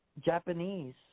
Japanese